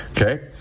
Okay